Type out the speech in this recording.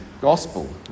gospel